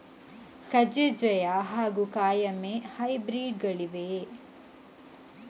ಕಜೆ ಜಯ ಹಾಗೂ ಕಾಯಮೆ ಹೈಬ್ರಿಡ್ ಗಳಿವೆಯೇ?